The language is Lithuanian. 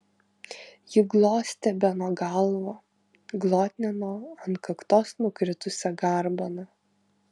ji glostė beno galvą glotnino ant kaktos nukritusią garbaną